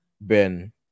Ben